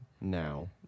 now